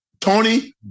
Tony